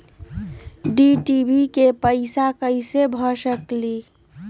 Dish TV के पैईसा कईसे भर सकली?